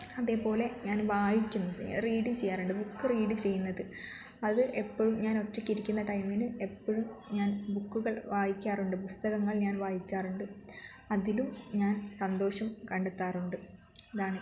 അതേപോലെ ഞാൻ വായിക്കുന്നുണ്ട് റീഡ് ചെയ്യാറുണ്ട് ബുക്ക് റീഡ് ചെയ്യുന്നത് അത് എപ്പോഴും ഞാൻ ഒറ്റയ്ക്കിരിക്കുന്ന ടൈമിന് എപ്പോഴും ഞാൻ ബുക്കുകൾ വായിക്കാറുണ്ട് പുസ്തകങ്ങൾ ഞാൻ വായിക്കാറുണ്ട് അതിലും ഞാൻ സന്തോഷം കണ്ടെത്താറുണ്ട് അതാണ്